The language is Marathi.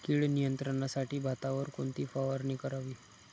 कीड नियंत्रणासाठी भातावर कोणती फवारणी करावी?